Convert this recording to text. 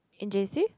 in J_C